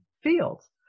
Fields